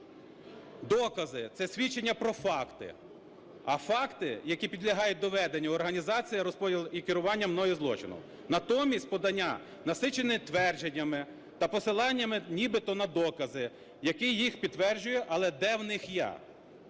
Докази – це свідчення про факти, а факти, які підлягають доведенню – організація, розподіл і керування мною злочином. Натомість подання насичене твердженнями та посиланнями нібито на докази, які їх підтверджує, але де в них я?